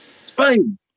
Spain